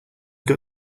got